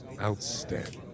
Outstanding